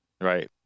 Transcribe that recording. Right